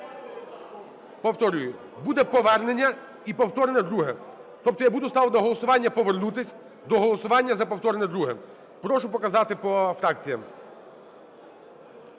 повторюю, буде повернення і повторне друге. Тобто я буду ставити на голосування повернутись до голосування за повторне друге. Прошу показати по фракціях.